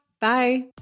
Bye